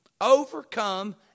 overcome